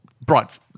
bright